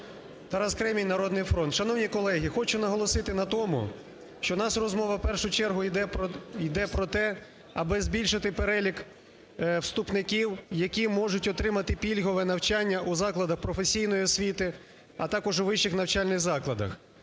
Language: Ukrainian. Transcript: Тарас Кремінь, "Народний фронт". Шановні колеги! Хочу наголосити на тому, що у нас розмова в першу чергу йде про те, аби збільшити перелік вступників, які можуть отримати пільгове навчання у закладах професійної освіти, а також у вищих навчальних закладах.